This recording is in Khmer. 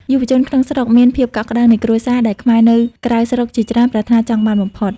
យុវជនក្នុងស្រុកមាន "ភាពកក់ក្តៅនៃគ្រួសារ" ដែលខ្មែរនៅក្រៅស្រុកជាច្រើនប្រាថ្នាចង់បានបំផុត។